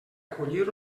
acollir